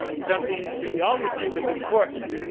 something that we always knew was important,